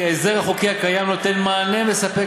כי ההסדר החוקי הקיים נותן מענה מספק